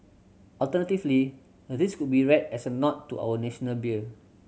alternatively this could be read as a nod to our National beer